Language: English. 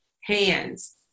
hands